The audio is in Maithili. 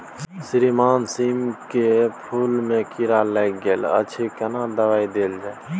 श्रीमान सीम के फूल में कीरा लाईग गेल अछि केना दवाई देल जाय?